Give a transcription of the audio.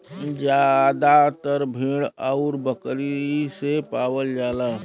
जादातर भेड़ आउर बकरी से पावल जाला